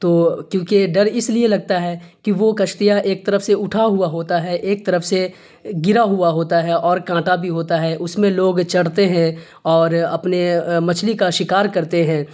تو کیوں کہ ڈر اس لیے لگتا ہے کہ وہ کشتیاں ایک طرف سے اٹھا ہوا ہوتا ہے ایک طرف سے گرا ہوا ہوتا ہے اور کانٹا بھی ہوتا ہے اس میں لوگ چڑھتے ہیں اور اپنے مچھلی کا شکار کرتے ہیں